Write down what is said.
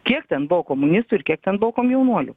kiek ten buvo komunistų ir kiek ten buvo komjaunuolių